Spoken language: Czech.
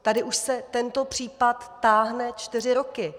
Tady už se tento případ táhne čtyři roky!